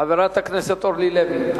חברת הכנסת אורלי לוי.